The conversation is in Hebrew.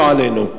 לא עלינו,